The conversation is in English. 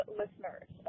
listeners